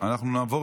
אנחנו נעבור